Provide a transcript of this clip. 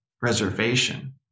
reservation